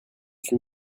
suis